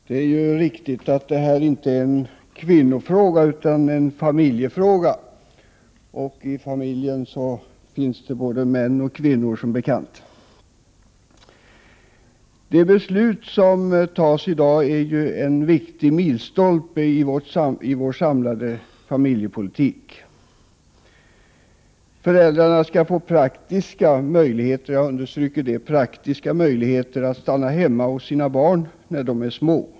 Herr talman! Det är riktigt att denna fråga inte är en kvinnofråga utan en familjefråga. I familjer finns som bekant både män och kvinnor. Det beslut som vi skall fatta i dag är en viktig milstolpe i vår samlade familjepolitik. Föräldrarna skall få praktiska — jag understryker praktiska — möjligheter att stanna hemma hos barnen när de är små.